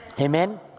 Amen